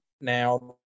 now